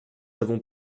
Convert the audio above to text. avons